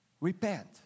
Repent